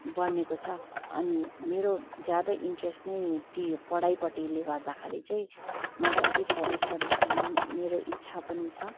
बनेको छ अनि मेरो ज्यादा इन्ट्रेस्ट नै त्यही पढाइपट्टिले गर्दाखेरि चाहिँ मैले अझै फर्दर स्टडिज गर्ने मेरो इच्छा पनि छ